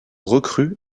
recrue